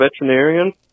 veterinarian